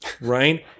right